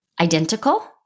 identical